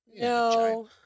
No